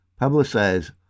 publicize